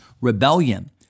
rebellion